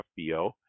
FBO